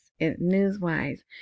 news-wise